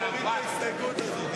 אני מוריד את ההסתייגות הזאת.